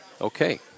Okay